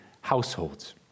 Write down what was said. households